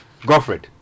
Goffred